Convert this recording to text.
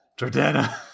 Jordana